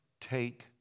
take